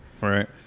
right